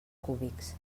cúbics